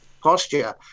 posture